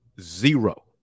Zero